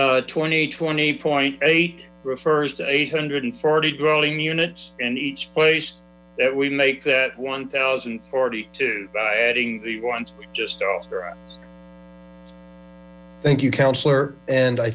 where twenty twenty point eight refers to eight hundred and forty growling units in each place we make that one thousand forty two by adding the ones with just after thank you councilor and i